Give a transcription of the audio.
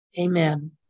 Amen